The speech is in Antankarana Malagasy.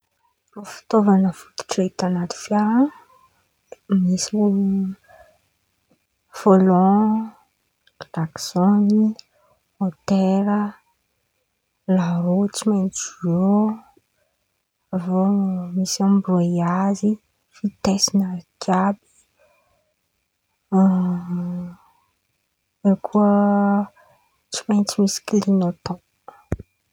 Irô fitaovan̈a fototra hita amy fiara. Misy ny vôlan, klakisiôny, môtera, laroa tsy maintsy eo, avy eo misy ambroiazy, vitesy àby àby, eo koa tsy maintsy misy klinôtòn.